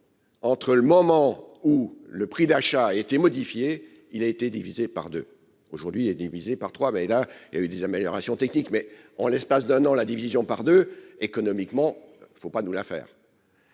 entre le moment où le prix d'achat été modifié, il a été divisé par 2, aujourd'hui, est divisé par 3, là il y a eu des améliorations techniques, mais en l'espace d'un an, la division par 2, économiquement, il ne faut pas nous l'affaire.